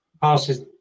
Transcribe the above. passes